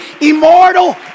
immortal